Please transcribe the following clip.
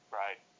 right